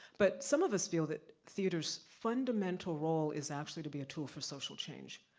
but some of us feel that theaters' fundamental role is actually to be a tool for social change.